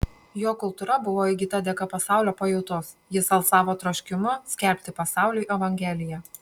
jo kultūra buvo įgyta dėka pasaulio pajautos jis alsavo troškimu skelbti pasauliui evangeliją